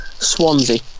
Swansea